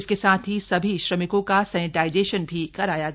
इसके साथ ही सभी श्रमिकों का सेनिटाइजेशन भी कराया गया